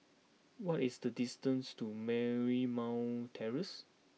what is the distance to Marymount Terrace